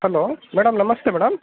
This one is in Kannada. hello madam namaste madam